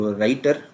writer